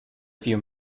few